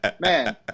Man